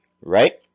Right